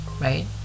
right